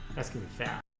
s fair